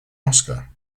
oscar